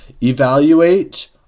Evaluate